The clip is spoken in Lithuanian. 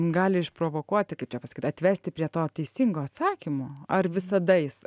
gali išprovokuoti kaip čia pasakyt atvesti prie to teisingo atsakymo ar visada jis